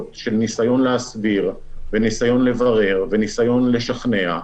של ניסיון להסביר וניסיון לברר וניסיון לשכנע,